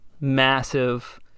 Massive